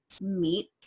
meet